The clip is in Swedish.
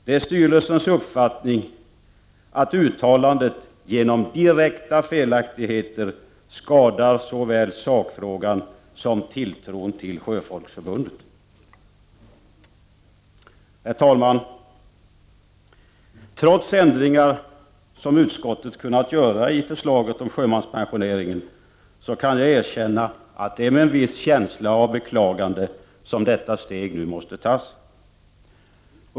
Det är styrelsens uppfattning att uttalandet genom direkta felaktigheter skadar såväl sakfrågan som tilltron till Sjöfolksförbundet. Herr talman! Trots ändringar som utskottet kunnat göra i förslaget om sjömanspensioneringen kan jag erkänna att det är med en viss känsla av beklagande som detta steg nu måste tas.